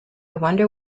wonder